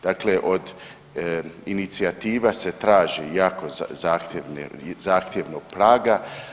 Dakle od inicijativa se traži jako zahtjevnog praga.